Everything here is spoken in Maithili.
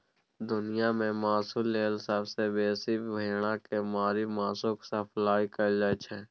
दुनियाँ मे मासु लेल सबसँ बेसी भेड़ा केँ मारि मासुक सप्लाई कएल जाइ छै